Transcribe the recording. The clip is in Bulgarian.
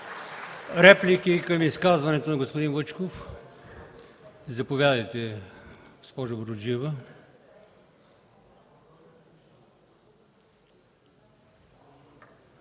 реплики към изказването на господин Вучков? Заповядайте, госпожо Буруджиева.